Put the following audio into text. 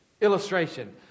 Illustration